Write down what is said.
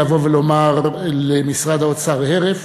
לבוא ולומר למשרד האוצר: הרף,